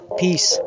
peace